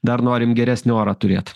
dar norim geresnį orą turėt